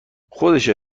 خودشه